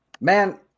Man